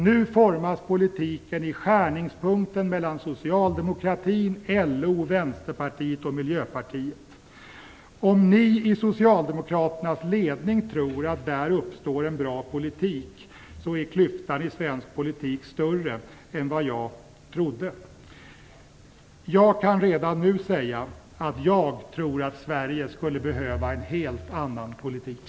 Nu formas politiken i skärningspunkten mellan Socialdemokratin, LO, Om ni i Socialdemokraternas ledning tror att det där uppstår en bra politik är klyftan i svensk politik större än vad jag trodde. Jag kan redan nu säga att jag tror att Sverige skulle behöva en helt annan politik.